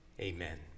amen